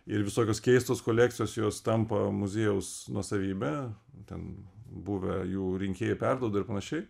ir visokios keistos kolekcijos jos tampa muziejaus nuosavybe ten buvę jų rinkėjai perduoda ir panašiai